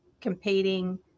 competing